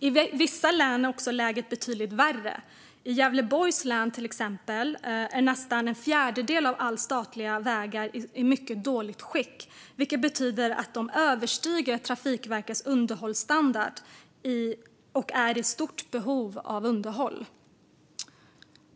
I vissa län är läget betydligt värre. I till exempel Gävleborgs län är nästan en fjärdedel av de statliga vägarna i mycket dåligt skick, vilket betyder att de överstiger Trafikverkets underhållsstandard och är i stort behov av underhåll.